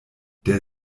der